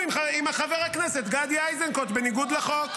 עם חבר הכנסת גדי איזנקוט בניגוד לחוק.